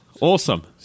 Awesome